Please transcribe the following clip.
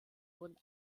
wurden